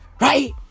Right